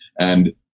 And-